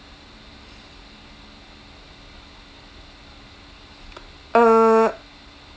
uh